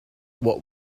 what